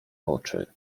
oczy